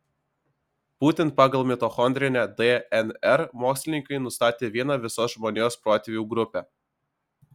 būtent pagal mitochondrinę dnr mokslininkai nustatė vieną visos žmonijos protėvių grupę